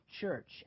church